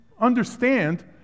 understand